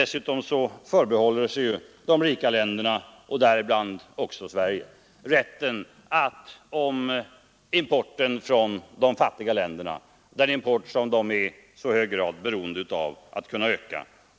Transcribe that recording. Dessutom förbehåller sig de rika länderna, däribland också Sverige, rätten att, om importen från de fattiga länderna — den import som de i så hög grad är beroende av att kunna öka —